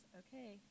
okay